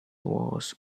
was